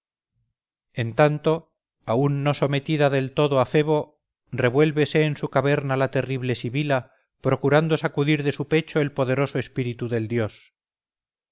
en tanto aún no sometida del todo a febo revuélvese en su caverna la terrible sibila procurando sacudir de su pecho el poderoso espíritu del dios